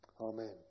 Amen